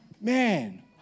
Man